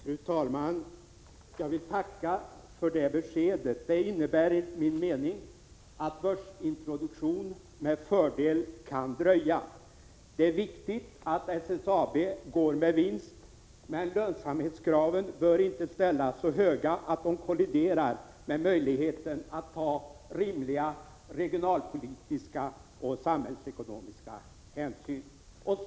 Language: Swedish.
Fru talman! Jag tackar för detta besked. Det innebär enligt min mening att börsintroduktionen med fördel kan dröja. Det är viktigt att SSAB går med vinst, men lönsamhetskraven får inte ställas så höga att de kolliderar med möjligheten att ta rimliga regionalpolitiska och samhällsekonomiska hänsyn.